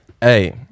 hey